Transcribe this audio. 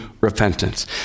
repentance